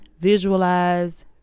visualize